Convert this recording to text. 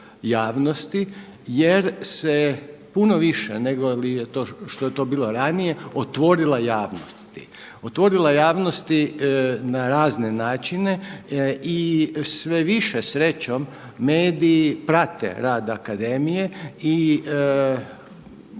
javnosti jer se puno više nego li je to, što je to bilo ranije otvorila javnosti, otvorila javnosti na razne načine i sve više srećom mediji prate rad Akademije i